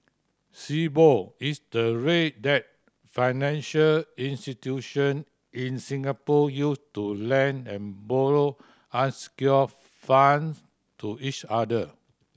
Sibor is the rate that financial institution in Singapore use to lend and borrow unsecured funds to each other